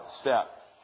step